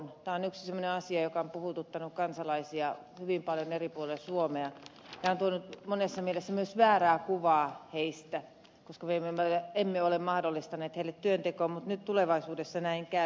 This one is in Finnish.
tämä on yksi semmoinen asia joka on puhututtanut kansalaisia hyvin paljon eri puolilla suomea ja on tuonut monessa mielessä myös väärää kuvaa heistä koska me emme ole mahdollistaneet heille työntekoa mutta tulevaisuudessa näin käy